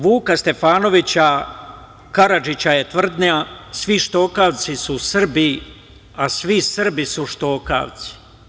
Vuka Stefanovića Karadžića je tvrdnja: „svi štokavci su Srbi, a svi Srbi su štokavci“